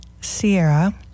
Sierra